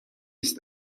است